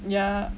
ya